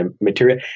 material